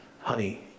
Honey